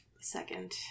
second